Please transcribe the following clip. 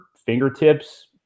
fingertips